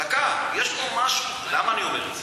דקה, למה אני אומר את זה?